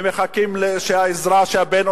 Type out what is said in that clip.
ומחכים לעזרה של הבן,